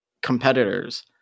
Competitors